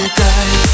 die